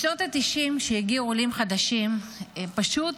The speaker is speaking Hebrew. בשנות התשעים, כשהגיעו עולים חדשים, הם פשוט